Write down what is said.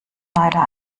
leider